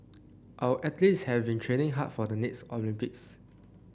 our athletes have been training hard for the next Olympics